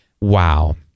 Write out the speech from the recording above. wow